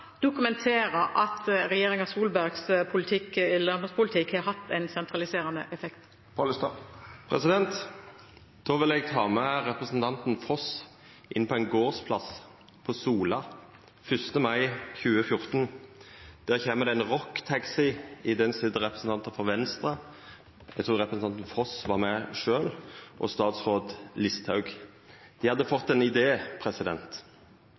dokumentere at regjeringen Solbergs landbrukspolitikk har hatt en sentraliserende effekt? Då vil eg ta med representanten Foss inn på ein gardsplass på Sola 1. mai 2014. Der kjem det ein Rock Taxi. I den sit representantar for Venstre – og eg trur representanten Foss var med sjølv – og dåverande statsråd Listhaug. Dei hadde